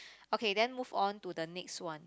okay then move on to the next one